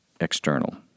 external